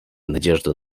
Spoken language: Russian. надежду